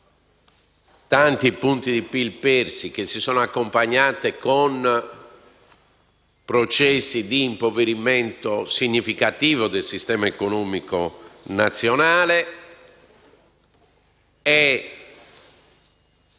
tanti punti di PIL persi, si è accompagnato a processi di impoverimento significativi del sistema economico nazionale e